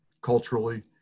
culturally